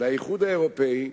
על האיחוד האירופי,